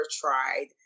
tried